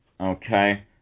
Okay